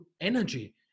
energy